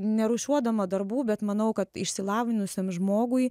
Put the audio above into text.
ne rūšiuodama darbų bet manau kad išsilavinusiam žmogui